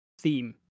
theme